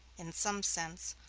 in some sense,